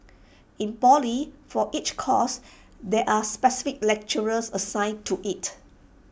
in poly for each course there are specific lecturers assigned to IT